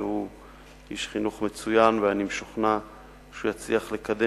שהוא איש חינוך מצוין ואני משוכנע שהוא יצליח לקדם